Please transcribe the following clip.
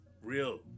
Real